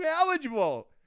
eligible